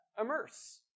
immerse